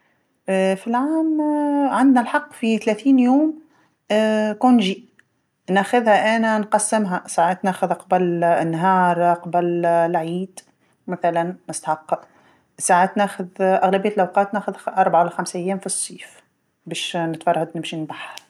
في العام عنا الحق في تلاثين يوم إجازه، ناخذها أنا نقسمها، ساعات ناخذ قبل نهار قبل العيد مثلا نستحق، ساعات ناخذ أغلبية الأوقات ناخذ أربع ايام ولا خمس ايام في الصيف باش نتفرعد نمشي نبحر.